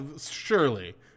surely